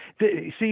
See—